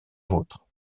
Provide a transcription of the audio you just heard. vôtre